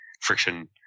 friction